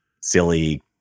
silly